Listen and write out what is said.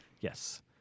Yes